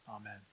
Amen